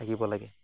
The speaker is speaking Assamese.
থাকিব লাগে